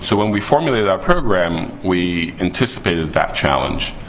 so when we formulated our program, we anticipated that challenge.